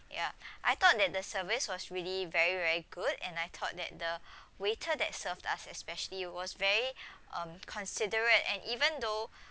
ya I thought that the service was really very very good and I thought that the waiter that served us especially was very um considerate and even though